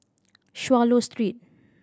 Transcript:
Swallow Street